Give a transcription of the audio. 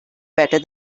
better